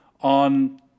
on